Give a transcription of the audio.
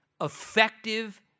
effective